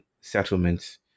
settlements